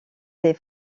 des